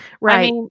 Right